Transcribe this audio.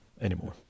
anymore